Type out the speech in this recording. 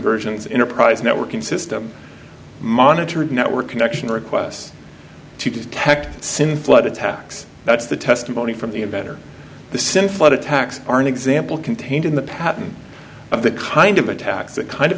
versions enterprise networking system monitored network connection requests to detect syn flood attacks that's the testimony from the inventor the syn flood attacks are an example contained in the patent of the kind of attacks a kind of